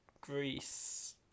Greece